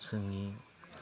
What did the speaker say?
जोंनि